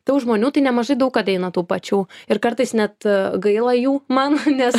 tų žmonių tai nemažai daug ateina tų pačių ir kartais net gaila jų man nes